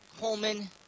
Coleman